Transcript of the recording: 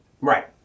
Right